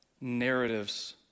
narratives